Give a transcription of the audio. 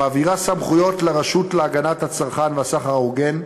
המעבירה סמכויות לרשות להגנת הצרכן והסחר ההוגן,